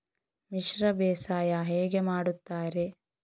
ಮಿಶ್ರ ಬೇಸಾಯ ಹೇಗೆ ಮಾಡುತ್ತಾರೆ?